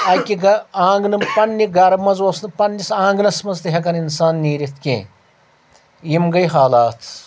اَکہِ گہ آنٛگنہٕ پننہِ گرٕ منٛز اوس نہٕ پنٕنِس آنٛگنس منٛز تہِ ہؠکن انسان نیٖرِتھ کینٛہہ یِم گٔے حالاتھ